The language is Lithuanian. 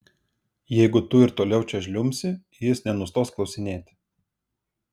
jeigu tu ir toliau čia žliumbsi jis nenustos klausinėti